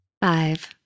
Five